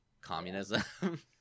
communism